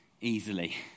easily